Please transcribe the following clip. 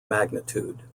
magnitude